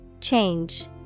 Change